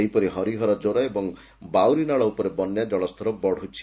ସେହିପରି ହରିହର ଜୋର ଏବଂ ବାଉରୀ ନାଳ ଉପରେ ବନ୍ୟା ଜଳସ୍ତର ବଢୁଛି